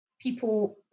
people